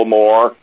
more